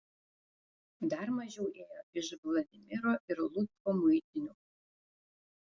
dar mažiau ėjo iš vladimiro ir lucko muitinių